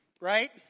Right